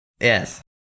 Yes